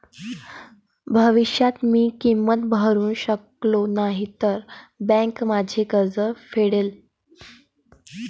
भविष्यात मी किंमत भरू शकलो नाही तर बँक माझे कर्ज फेडेल